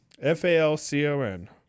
F-A-L-C-O-N